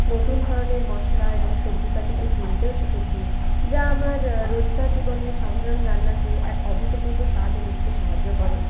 নতুন ধরনের মশলা এবং সবজিপাতিকে চিনতেও শিখেছি যা আমার রোজকার জীবনে সাধারণ রান্নাকে এক অভূতপূর্ব স্বাদ এনে দিতে সাহায্য করে